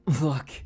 Look